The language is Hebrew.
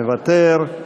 מוותר,